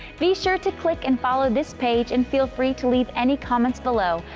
be sure to click and follow this page and feel free to leave any comments below.